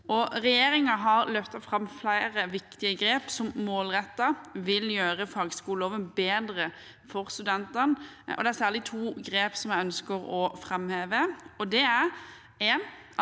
Regjeringen har løftet fram flere viktige grep som målrettet vil gjøre fagskoleloven bedre for studentene. Det er særlig to grep jeg ønsker å framheve.